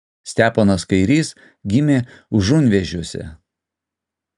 steponas kairys gimė užunvėžiuose